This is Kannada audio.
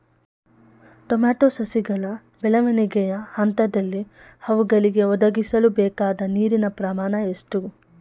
ಟೊಮೊಟೊ ಸಸಿಗಳ ಬೆಳವಣಿಗೆಯ ಹಂತದಲ್ಲಿ ಅವುಗಳಿಗೆ ಒದಗಿಸಲುಬೇಕಾದ ನೀರಿನ ಪ್ರಮಾಣ ಎಷ್ಟು?